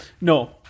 No